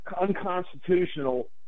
unconstitutional